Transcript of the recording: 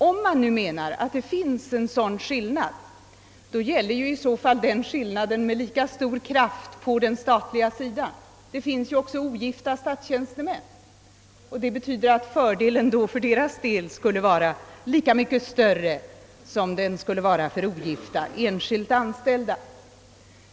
Om man nu anser att det finns en skillnad gäller i så fall denna lika mycket den statliga sidan, ty det finns ju också ogifta statstjänstemän, och det betyder att fördelen för deras del skulle vara lika mycket större som för ogifta enskilt anställda.